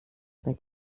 bei